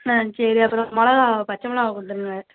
ஆ சரி அப்புறம் மிளகா பச்சை மிளகா கொடுத்துருங்க